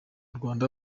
rwanda